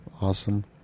awesome